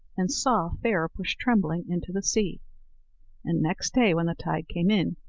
and saw fair push trembling into the sea and next day, when the tide came in,